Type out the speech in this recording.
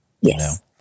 Yes